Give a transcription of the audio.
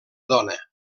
dona